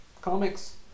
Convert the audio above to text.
Comics